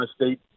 State